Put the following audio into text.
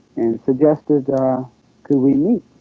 and suggested could we meet?